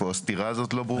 הסתירה הזאת לא ברורה.